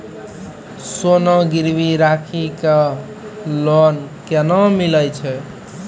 सोना गिरवी राखी कऽ लोन केना मिलै छै?